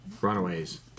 runaways